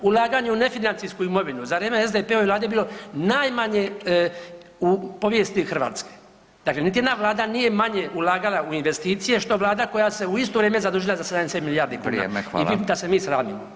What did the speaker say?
Ulaganje u nefinancijsku imovinu za vrijeme SDP-ove vlade je bilo najmanje u povijesti Hrvatske, dakle niti jedna vlada nije manje ulagala u investicije, što vlada koja se u isto vrijeme zadužila za 70 milijardi kuna i vi bi da se mi sramimo.